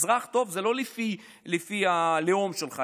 אזרח טוב זה לא לפי הלאום שלך.